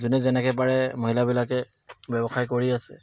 যোনে যেনেকে পাৰে মহিলাবিলাকে ব্যৱসায় কৰি আছে